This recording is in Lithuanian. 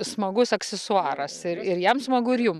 smagus aksesuaras ir ir jam smagu ir jum